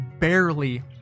Barely